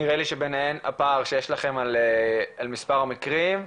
נראה לי שביניהן הפער שיש לכם על מספר המקרים,